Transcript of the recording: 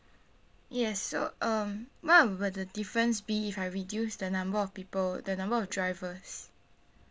yes so um what would the difference be if I reduce the number of people the number of drivers